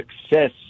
success